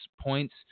points